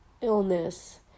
illness